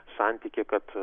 santykį kad